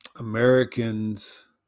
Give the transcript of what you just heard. Americans